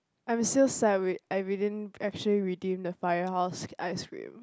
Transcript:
I'm still we we didn't redeem actually redeem the firehouse ice cream